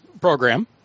program